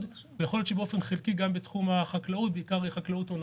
ויכול להיות שבאופן חלקי גם בתחום החקלאות העונתית.